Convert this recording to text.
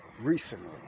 recently